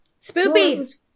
Spoopy